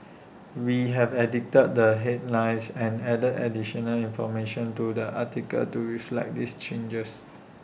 we have edited the headlines and added additional information to the article to reflect these changes